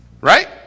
Right